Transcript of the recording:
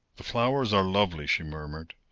the flowers are lovely! she murmured.